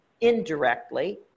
indirectly